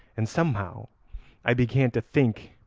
and somehow i began to think,